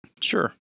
Sure